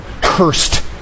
cursed